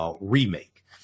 remake